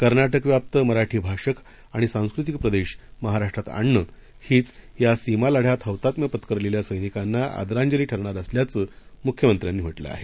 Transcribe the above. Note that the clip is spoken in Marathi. कर्नाटकव्याप्त मराठी भाषक आणि सांस्कृतिक प्रदेश महाराष्ट्रात आणणं हीच या सीमा लढ्यात हौतात्म्य पत्करलेल्या सैनिकांना आदरांजली ठरणार असल्याचं मुख्यमंत्र्यांनी म्हटलं आहे